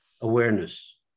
awareness